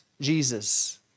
Jesus